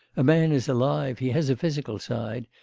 a man is alive, he has a physical side,